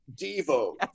Devo